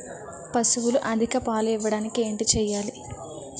పశువులు అధిక పాలు ఇవ్వడానికి ఏంటి చేయాలి